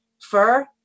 fur